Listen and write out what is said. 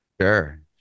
Sure